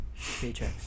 Paychecks